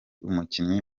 umukinnyi